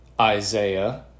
Isaiah